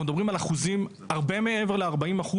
אנחנו מדברים על אחוזים הרבה מעבר ל-40%